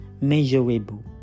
measurable